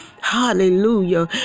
Hallelujah